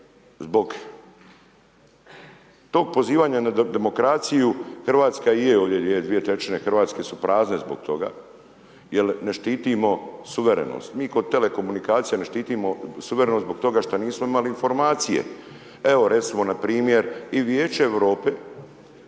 Zbog tog pozivanja na demokraciju, Hrvatska i je, 2/3 Hrvatske su prazne zbog toga jer ne štitimo suverenost. Mi kod telekomunikacija ne štitimo suverenost zbog toga što nismo imali informacije. Evo, recimo npr. i Vijeće Europe